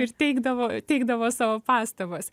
ir teikdavo teikdavo savo pastabas